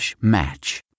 match